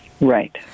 Right